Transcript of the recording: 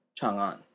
Chang'an